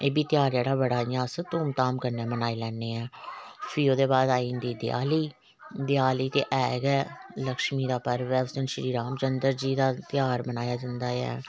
ऐ बी त्योहार जेहड़ा अस बड़ी धूम धाम कन्नै मनाई लैन्ने आं फ्ही ओहदे बाद आई जंदी देआली देआली ते है गै लक्षमी दा पर्ब ऐ उस दिन श्रीराम चन्द्र जी दा त्याहार मनाया जंदा ऐ